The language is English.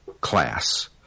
class